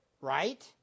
Right